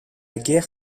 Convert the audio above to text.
guerre